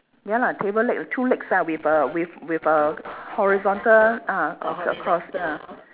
ya lah table leg the two legs ah with a with with a horizontal ah ac~ cross ya